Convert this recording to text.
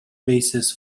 basis